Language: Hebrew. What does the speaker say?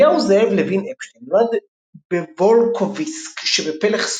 אליהו זאב לוין-אפשטיין נולד בוולקוביסק שבפלך